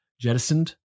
jettisoned